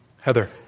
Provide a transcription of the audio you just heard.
heather